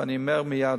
ואני אומר מייד,